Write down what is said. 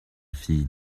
fille